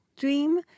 dream